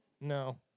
No